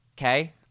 Okay